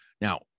Now